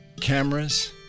cameras